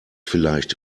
vielleicht